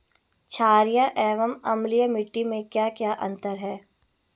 छारीय एवं अम्लीय मिट्टी में क्या क्या अंतर हैं?